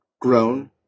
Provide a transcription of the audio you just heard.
grown